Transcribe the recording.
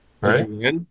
right